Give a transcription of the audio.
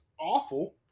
awful